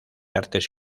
artes